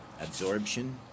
absorption